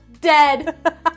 dead